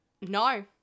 No